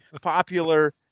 popular